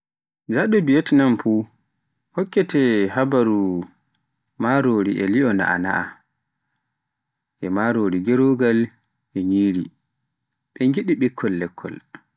Njaɗo Viatnam fuf, hokkete habaruu, marori li'o na'ana e marori gerogal, e nyiri ɓe ngiɗi ɓikkol lekkol.